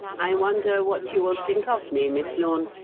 i wonder what you will think of me, miss lorne,